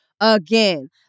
again